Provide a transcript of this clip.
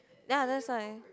ya that's why